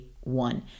one